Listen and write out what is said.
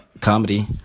comedy